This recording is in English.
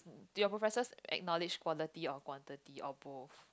do your professors acknowledge quality or quantity or both